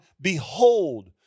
Behold